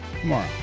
tomorrow